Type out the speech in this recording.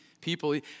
people